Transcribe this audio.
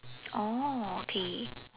oh okay